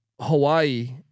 Hawaii